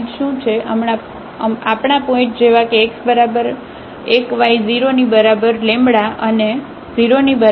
આપણા પોઇન્ટ જેવા કે x બરાબર 1 y 0 ની બરાબર અને 0 ની બરાબર છે